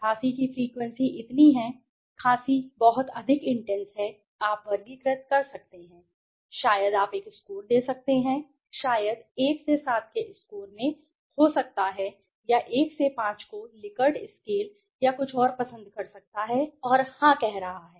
खांसी की फ्रीक्वेंसी इतनी है खाँसी बहुत अधिक इंटेंस है आप वर्गीकृत कर सकते हैं शायद आप एक स्कोर दे सकते हैं शायद 1 से 7 के स्कोर में हो सकता है या 1 से 5 को लिकर्ट स्केल या कुछ और पसंद कर सकता है और हां कह रहा है